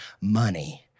money